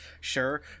sure